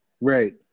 Right